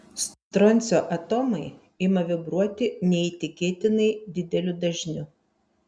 stroncio atomai ima vibruoti neįtikėtinai dideliu dažniu